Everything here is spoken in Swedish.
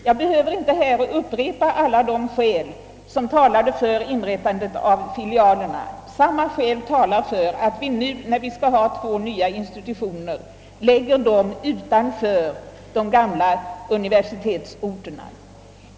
Jag behöver inte upprepa alla de skäl som talade för inrättandet av filialerna, men samma skäl gör att de två nya institutionerna bör förläggas utanför de gamla universitetsorterna.